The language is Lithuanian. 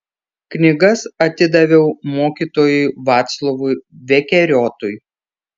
knygas atidaviau mokytojui vaclovui vekeriotui